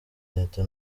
leta